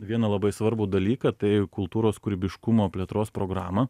vieną labai svarbų dalyką tai kultūros kūrybiškumo plėtros programą